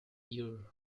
year